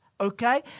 Okay